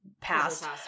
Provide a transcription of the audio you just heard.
passed